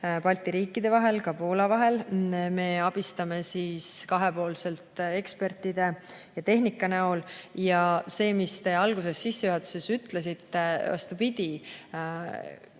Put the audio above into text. Balti riikide vahel ja ka Poola vahel. Me abistame kahepoolselt ekspertide ja tehnikaga. Ja see, mis alguses sissejuhatuses ütlesite – vastupidi,